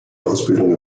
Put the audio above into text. ausbildung